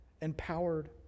empowered